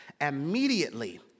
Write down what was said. immediately